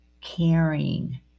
caring